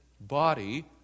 body